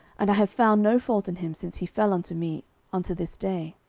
and i have found no fault in him since he fell unto me unto this day?